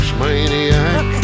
maniac